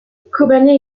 kobané